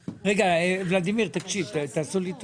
רגע, ולדימיר, תקשיב, תעשו לי טובה.